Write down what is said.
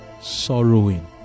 sorrowing